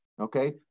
Okay